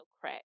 crack